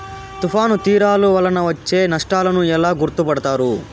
తుఫాను తీరాలు వలన వచ్చే నష్టాలను ఎలా గుర్తుపడతారు?